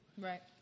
Right